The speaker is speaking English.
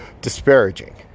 disparaging